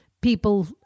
people